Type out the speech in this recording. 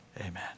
Amen